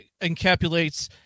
encapsulates